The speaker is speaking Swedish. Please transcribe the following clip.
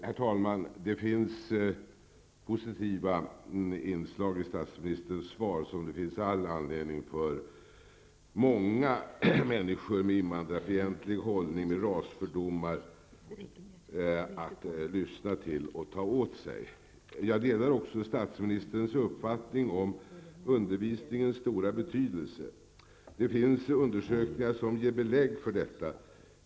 Herr talman! Det finns positiva inslag i statsministerns svar, som det finns all anledning för många mäniskor med invandrarfientlig hållning och rasfördomar att lyssna till och ta åt sig av. Jag delar också statsministerns uppfattning om undervisningens stora betydelse. Det finns undersökningar som ger belägg för detta.